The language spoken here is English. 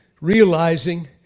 realizing